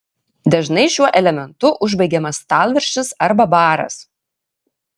dažnai šiuo elementu užbaigiamas stalviršis arba baras